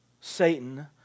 Satan